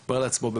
אומר לעצמו,